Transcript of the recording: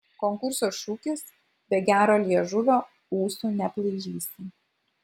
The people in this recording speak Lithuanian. konkurso šūkis be gero liežuvio ūsų neaplaižysi